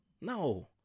No